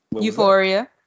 Euphoria